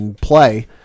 play